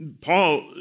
Paul